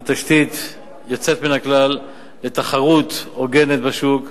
זו תשתית יוצאת מן הכלל לתחרות הוגנת בשוק,